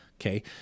okay